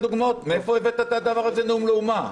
מאיפה הבאת את הדבר הזה נאום לאומה?